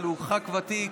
אבל הוא ח"כ ותיק,